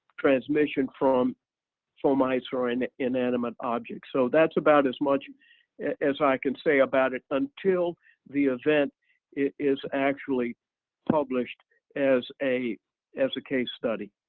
transmission from fomites or an inanimate object. so that's about as much as i can say about it until the event is actually published as a as a case study